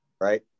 right